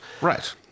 Right